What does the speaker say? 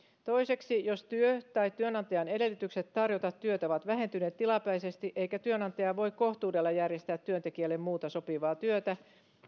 toiseksi jos työ tai työnantajan edellytykset tarjota työtä ovat vähentyneet tilapäisesti eikä työnantaja voi kohtuudella järjestää työntekijälle muuta sopivaa työtä